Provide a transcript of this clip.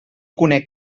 conec